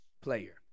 player